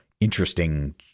interesting